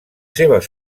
seves